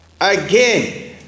Again